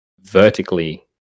vertically